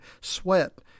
sweat